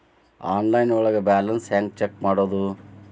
Online ಒಳಗೆ balance ಹ್ಯಾಂಗ check ಮಾಡೋದು?